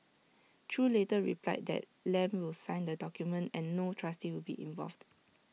chew later replied that Lam will sign the document and no trustee will be involved